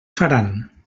faran